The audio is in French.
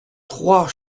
trois